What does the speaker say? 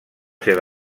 ser